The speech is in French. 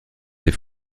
ses